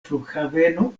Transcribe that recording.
flughaveno